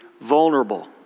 vulnerable